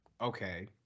Okay